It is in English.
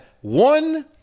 one